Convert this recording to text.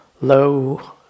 low